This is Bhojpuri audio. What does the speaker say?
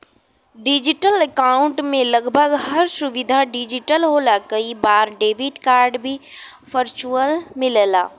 डिजिटल अकाउंट में लगभग हर सुविधा डिजिटल होला कई बार डेबिट कार्ड भी वर्चुअल मिलला